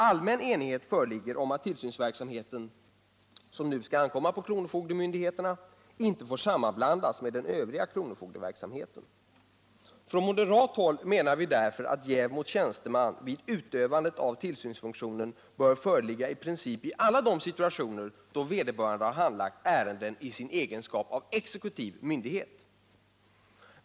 Allmän enighet föreligger om att tillsynsverksamheten, som nu skall ankomma på kronofogdemyndigheten, inte får sammanblandas med den övriga kronofogdeverksamheten. Från moderat håll menar vi därför att jäv mot tjänsteman vid utövandet av tillsynsfunktionen i princip bör föreligga i alla de situationer då vederbörande har handlagt ärenden i sin egenskap av exekutiv myndighet.